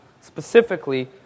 specifically